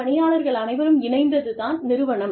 பணியாளர்கள் அனைவரும் இணைந்தது தான் நிறுவனம்